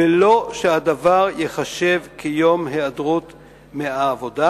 בלא שהדבר ייחשב יום היעדרות מהעבודה,